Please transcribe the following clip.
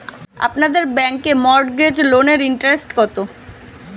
আপনাদের ব্যাংকে মর্টগেজ লোনের ইন্টারেস্ট কত?